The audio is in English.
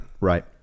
Right